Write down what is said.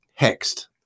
Hexed